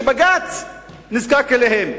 שבג"ץ נזקק להם.